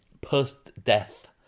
post-death